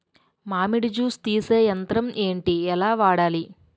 మామిడి జూస్ తీసే యంత్రం ఏంటి? ఎలా వాడాలి?